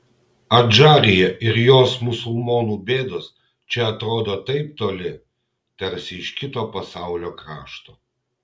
adžarija ir jos musulmonų bėdos čia atrodo taip toli tarsi iš kito pasaulio krašto